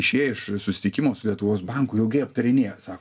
išėję iš susitikimo su lietuvos banku ilgai aptarinėjo sako